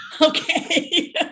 Okay